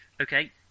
Okay